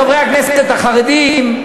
חברי הכנסת החרדים,